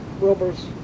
Wilbur's